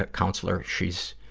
ah counselor she's,